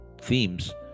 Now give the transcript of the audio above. themes